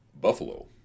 buffalo